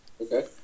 okay